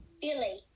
Billy